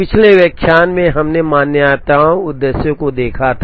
पिछले व्याख्यान में हमने मान्यताओं उद्देश्यों को देखा था